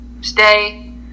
stay